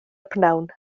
prynhawn